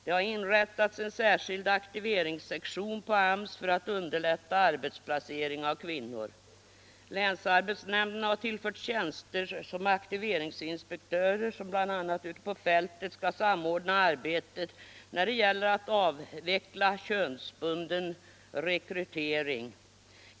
Det har inrättats en särskild aktiveringssektion på AMS för att underlätta arbetsplacering av kvinnor. Länsarbetsnämnderna har tillförts tjänster som aktiveringsinspektörer som bl.a. ute på fältet skall samordna arbetet när det gäller att avveckla könsbunden rekrytering.